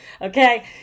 okay